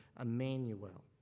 Emmanuel